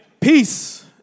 peace